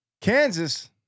Kansas